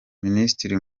minisitiri